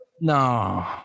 No